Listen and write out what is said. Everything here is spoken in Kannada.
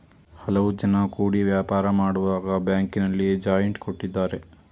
ಹಲವು ಜನ ಕೂಡಿ ವ್ಯಾಪಾರ ಮಾಡುವಾಗ ಬ್ಯಾಂಕಿನಲ್ಲಿ ಜಾಯಿಂಟ್ ಕೊಟ್ಟಿದ್ದಾರೆ